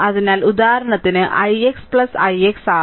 അതിനാൽ ഉദാഹരണത്തിന് ix ' ix'ആവും